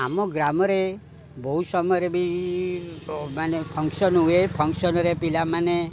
ଆମ ଗ୍ରାମରେ ବହୁ ସମୟରେ ବି ଫଙ୍କସନ୍ ହୁଏ ଫଙ୍କସନ୍ରେ ପିଲାମାନେ